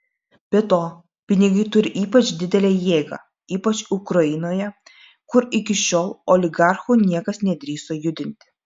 be to pinigai turi ypač didelę jėgą ypač ukrainoje kur iki šiol oligarchų niekas nedrįso judinti